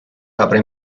apre